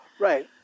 Right